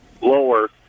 lower